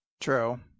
True